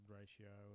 ratio